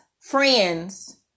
friends